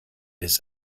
his